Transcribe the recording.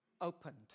opened